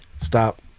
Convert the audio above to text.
stop